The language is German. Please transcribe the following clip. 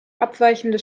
abweichende